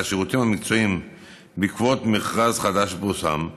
השירותים המקצועיים בעקבות מכרז חדש שפורסם,